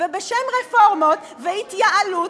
ובשם רפורמות והתייעלות,